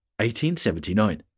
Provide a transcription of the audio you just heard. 1879